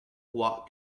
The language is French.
roi